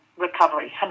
recovery